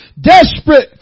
Desperate